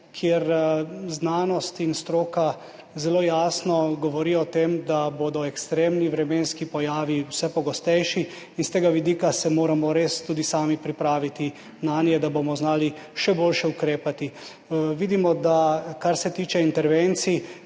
kjer znanost in stroka zelo jasno govorita o tem, da bodo ekstremni vremenski pojavi vse pogostejši, s tega vidika se moramo res tudi sami pripraviti nanje, da bomo znali še boljše ukrepati. Vidimo, da kar se tiče intervencij,